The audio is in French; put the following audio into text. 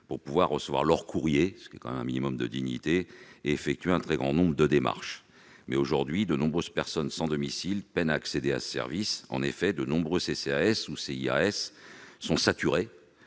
pour pouvoir recevoir leur courrier- cela répond à un besoin minimum de dignité -et effectuer un très grand nombre de démarches. Aujourd'hui, de nombreuses personnes sans domicile peinent à accéder à ce service ; en effet, de nombreux CCAS ou CIAS sont saturés